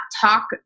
talk